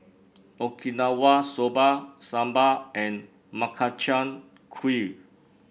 Okinawa Soba Sambar and Makchang Gui